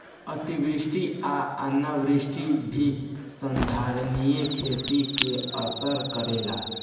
अतिवृष्टि आ अनावृष्टि भी संधारनीय खेती के असर करेला